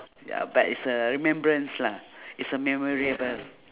ya but it's a remembrance lah it's a memorable